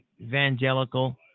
evangelical